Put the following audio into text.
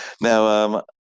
Now